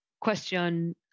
question